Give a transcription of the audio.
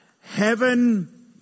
heaven